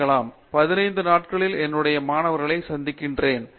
மூர்த்தி நான் வழக்கமாக பதினைந்து நாட்களில் என்னுடைய மாணவர்களை சந்திக்கிறேன்